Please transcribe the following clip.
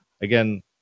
again